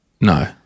No